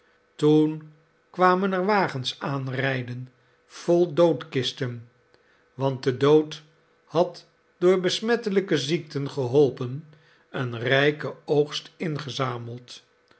toen kwamen er wagens aanrijden vol doodkisten want de dood had door besmettelijke ziekten geholpen eenrijken oogst ingezameld